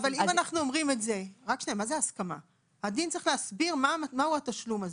אבל הדין צריך להסביר מהו התשלום הזה.